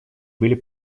были